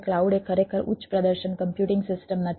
cloud એ ખરેખર ઉચ્ચ પ્રદર્શન કમ્પ્યુટિંગ સિસ્ટમ નથી